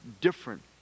different